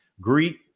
greet